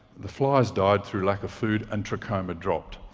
the flies died through lack of food, and trachoma dropped.